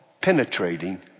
penetrating